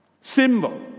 symbol